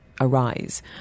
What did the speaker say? arise